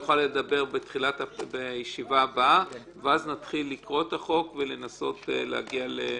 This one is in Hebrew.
יוכל לדבר בישיבה הבאה ואז נתחיל לקרוא את החוק ולנסות להגיע לסיכומים.